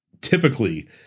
typically